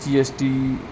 G S T